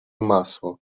masło